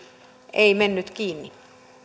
ei mennyt kiinni